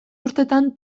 urtetan